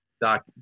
Doc